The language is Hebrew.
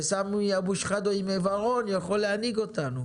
וסמי אבו שחאדה עם עיוורון יכול להנהיג אותנו.